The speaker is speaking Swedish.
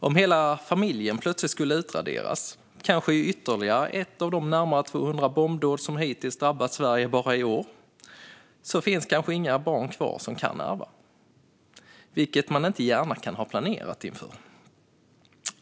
Om hela familjen plötsligt skulle utraderas, kanske i ytterligare ett av de närmare 200 bombdåd som hittills har drabbat Sverige bara i år, finns det kanske inga barn kvar som kan ärva, vilket man inte gärna kan ha planerat för.